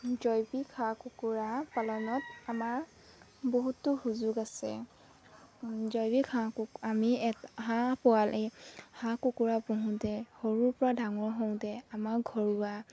জৈৱিক হাঁহ কুকুৰা পালনত আমাৰ বহুতো সুযোগ আছে জৈৱিক হাঁহ কু আমি এ হাঁহ পোৱালি হাঁহ কুকুৰা পোহোঁতে সৰুৰ পৰা ডাঙৰ হওঁতে আমাৰ ঘৰুৱা